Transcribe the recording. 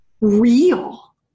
real